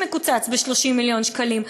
שמקוצץ ב-30 מיליון שקלים,